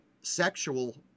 sexual